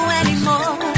anymore